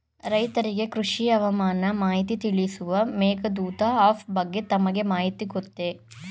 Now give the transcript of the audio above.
ರೈತರಿಗೆ ಕೃಷಿ ಹವಾಮಾನ ಮಾಹಿತಿ ತಿಳಿಸುವ ಮೇಘದೂತ ಆಪ್ ಬಗ್ಗೆ ತಮಗೆ ಮಾಹಿತಿ ಗೊತ್ತೇ?